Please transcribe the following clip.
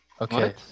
Okay